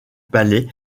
palais